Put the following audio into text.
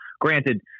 granted